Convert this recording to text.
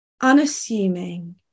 unassuming